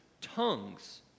Tongues